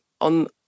on